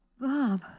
Bob